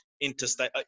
interstate